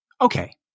okay